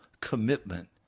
commitment